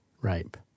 rape